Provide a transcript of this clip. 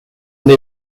they